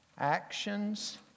Actions